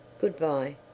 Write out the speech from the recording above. Goodbye